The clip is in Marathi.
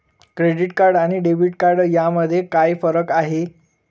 क्रेडिट कार्ड आणि डेबिट कार्ड यामध्ये काय फरक आहे?